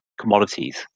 commodities